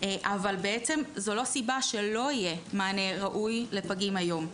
אבל זו לא סיבה שלא יהיה מענה ראוי לפגים היום.